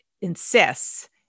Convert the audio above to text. insists